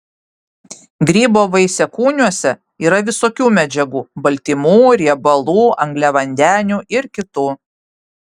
grybo vaisiakūniuose yra visokių medžiagų baltymų riebalų angliavandenių ir kitų